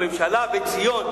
הממשלה בציון,